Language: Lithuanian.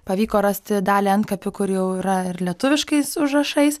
pavyko rasti dalį antkapių kur jau yra ir lietuviškais užrašais